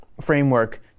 framework